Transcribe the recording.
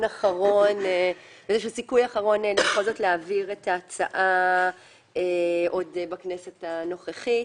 אחרון להעביר את ההצעה עוד בכנסת הנוכחית.